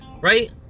right